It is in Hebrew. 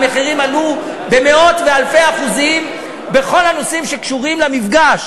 המחירים עלו במאות ואלפי אחוזים בכל הנושאים שקשורים למפגש